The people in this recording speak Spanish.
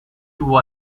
tuvo